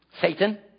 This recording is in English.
Satan